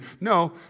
No